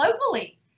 locally